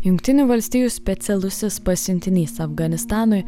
jungtinių valstijų specialusis pasiuntinys afganistanui